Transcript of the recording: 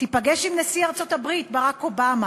תיפגש עם נשיא ארצות-הברית ברק אובמה.